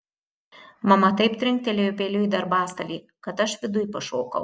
mama taip trinktelėjo peiliu į darbastalį kad aš viduj pašokau